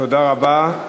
תודה רבה.